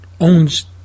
owns